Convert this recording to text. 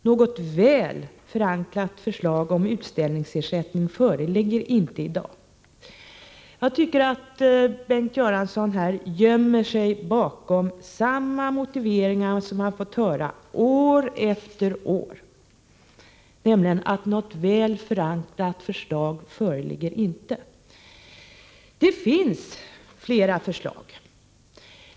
Något väl förankrat förslag om utställningsersättning föreligger inte i dag.” Jag tycker att Bengt Göransson här gömmer sig bakom samma motiveringar som man fått höra år efter år, nämligen att något väl förankrat förslag inte föreligger. Det finns flera förslag.